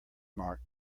mark